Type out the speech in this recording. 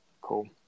Cool